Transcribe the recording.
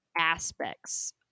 aspects